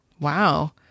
Wow